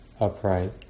upright